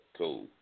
cool